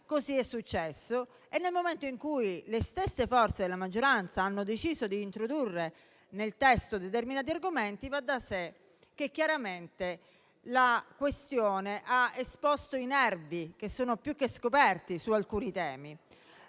così è successo. Nel momento in cui le stesse forze della maggioranza hanno deciso di introdurre nel testo determinati argomenti, va da sé, chiaramente, che la questione ha esposto i nervi, che sono più che scoperti su alcuni temi.